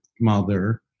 mother